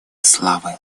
славы